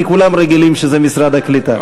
כי כולם רגילים שזה משרד הקליטה.